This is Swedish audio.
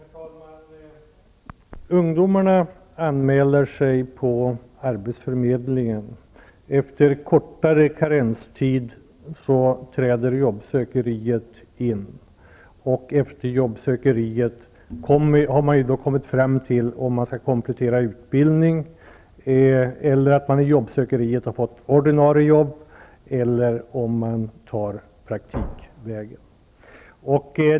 Herr talman! Ungdomarna anmäler sig på arbetsförmedlingen. Efter kortare karenstid träder jobbsökeriet in. Efter jobbsökeriet har man fått ordinarie jobb eller kommit fram till om man skall komplettera utbildning eller om man väljer praktikvägen.